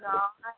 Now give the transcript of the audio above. राम नहि